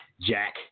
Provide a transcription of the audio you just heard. Jack